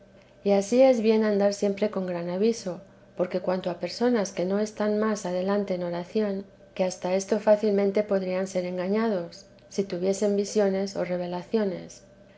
y ansí es bien andar siempre con gran aviso porque cuanto a personas que no están más adelante en oración que hasta esto fácilmente podrían ser engañados si tuviesen visiones o revelaciones